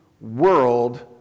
world